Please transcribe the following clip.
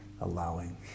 allowing